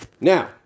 Now